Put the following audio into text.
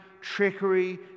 trickery